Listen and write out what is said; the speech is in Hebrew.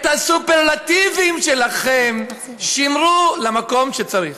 את הסופרלטיבים שלכם שמרו למקום שצריך.